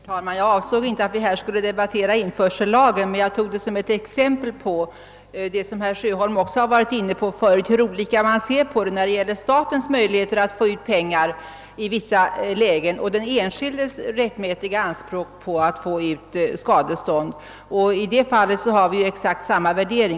Herr talman! Jag avsåg inte att vi här skulle debattera införsellagen, utan jag tog det som ett exempel på det som herr Sjöholm också var inne på tidigare, nämligen hur olika man ser på frågan när det gäller statens möjligheter att i vissa lägen få ut pengar och den enskildes rättmätiga anspråk på att få ut ett skadestånd. I det fallet har vi exakt samma värdering.